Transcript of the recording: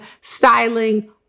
styling